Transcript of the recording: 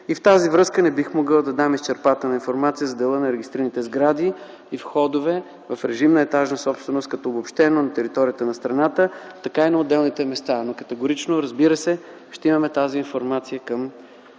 и в тази връзка не бих могъл да дам изчерпателна информация за дела на регистрираните сгради и входове в режим на етажна собственост както обобщено на територията на страната, така и на отделните места, но категорично, разбира се, ще имаме тази информация към